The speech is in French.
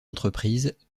entreprises